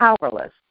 powerless